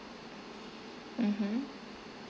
mmhmm